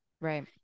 Right